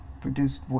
produced